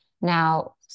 Now